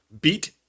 beat